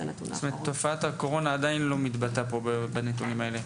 תופעת הקורונה עדיין לא מתבטאת בנתונים האלה?